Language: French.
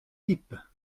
pipe